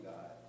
God